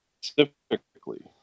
specifically